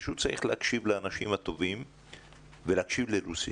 פשוט צריך להקשיב לאנשים הטובים ולהקשיב ללוסי.